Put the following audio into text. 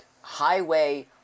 highway